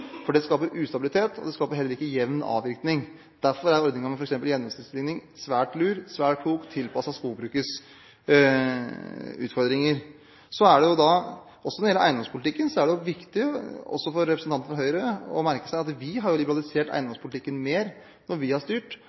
ganger. Det skaper ustabilitet, og det skaper heller ikke jevn avvirkning. Derfor er ordningen med f.eks. gjennomsnittsligning svært lur, svært klok og tilpasset skogbrukets utfordringer. Når det gjelder eiendomspolitikken, er det viktig – også for representanten fra Høyre – å merke seg at vi har liberalisert eiendomspolitikken mer mens vi har styrt